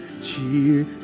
cheer